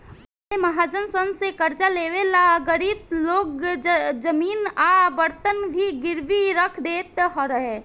पहिले महाजन सन से कर्जा लेवे ला गरीब लोग जमीन आ बर्तन भी गिरवी रख देत रहे